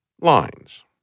lines